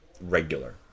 regular